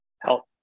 help